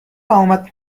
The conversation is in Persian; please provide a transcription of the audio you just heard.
اومد